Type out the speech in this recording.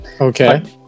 Okay